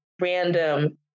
random